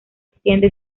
extiende